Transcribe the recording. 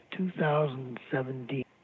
2017